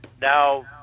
Now